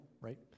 right